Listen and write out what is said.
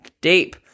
deep